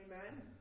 Amen